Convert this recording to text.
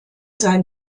sein